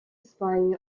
spying